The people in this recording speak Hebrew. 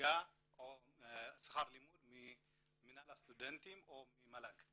מלגה או שכר לימוד ממינהל הסטודנטים או ממל"ג,